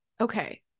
Okay